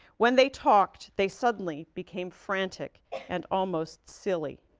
when they talked they suddenly became frantic and almost silly.